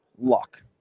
luck